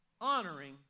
honoring